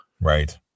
Right